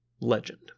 legend